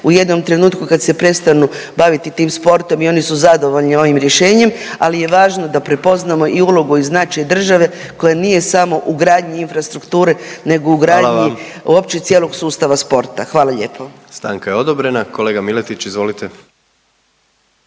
u jednom trenutku kad se prestanu baviti tim sportom i oni su zadovoljni ovim rješenjem. Ali je važno da prepoznamo i ulogu i značaj države koja nije samo u gradnji infrastrukture nego u gradnji …/Upadica predsjednik: Hvala vam./… uopće cijelog sustava sporta. Hvala lijepa. **Jandroković, Gordan (HDZ)** Stanka je odobrena. Kolega Miletić izvolite.